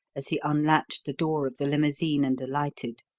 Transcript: as he unlatched the door of the limousine and alighted.